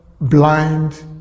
blind